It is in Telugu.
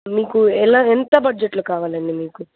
మీకు ఎలా ఎంత బడ్జెట్లో కావాలండి మీకు